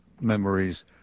memories